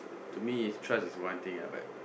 to me is trust is one thing lah but